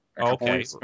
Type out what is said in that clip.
Okay